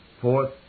Fourth